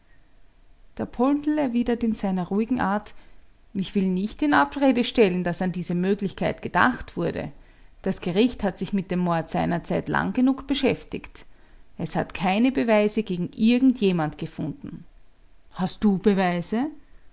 der poldl erwidert in seiner ruhigen art ich will nicht in abrede stellen daß an diese möglichkeit gedacht wurde das gericht hat sich mit dem mord seinerzeit lang genug beschäftigt es hat keine beweise gegen irgend jemand gefunden hast du beweise